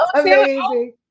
Amazing